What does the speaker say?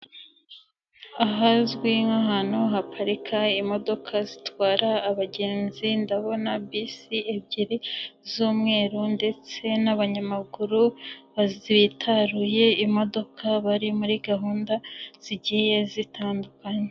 Ahazwi nk'ahantu haparika imodoka zitwara abagenzi, ndabona bisi ebyiri z'umweru ndetse nabanyamaguru bitaruye imodoka, bari muri gahunda zigiye zitandukanye.